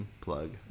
plug